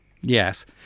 Yes